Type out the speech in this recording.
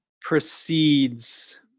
precedes